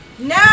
No